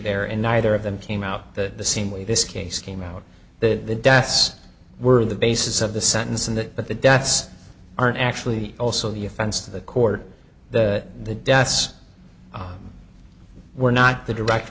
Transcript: there and neither of them came out that the same way this case came out that the deaths were the basis of the sentence and that but the deaths aren't actually also the offense to the court that the deaths were not the direct